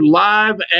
live